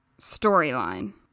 storyline